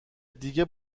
دیگه